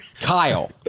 Kyle